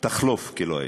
תחלוף כלא הייתה.